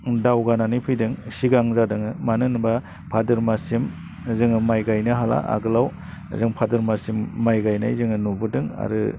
दावगानानै फैदों सिगां जादों मानो होनोबा भाद्र माससिम जोङो माइ गायनो हाला आगोलाव जों भाद्र माससिम माइ गायनाय जोङो नुबोदों आरो